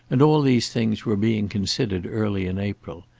and all these things were being considered early in april.